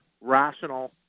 rational